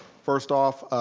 first off,